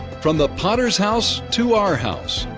from the potter's house to our house.